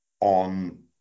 on